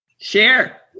share